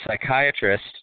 psychiatrist